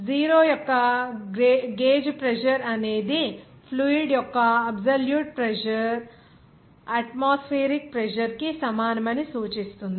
0 యొక్క gauge pressure అనేది fluid యొక్క అబ్సొల్యూట్ ప్రెజర్ అట్మాస్ఫియరిక్ ప్రెజర్ కి సమానమని సూచిస్తుంది